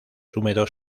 húmedos